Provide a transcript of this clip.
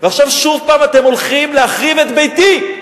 ועכשיו שוב אתם הולכים להחריב את ביתי.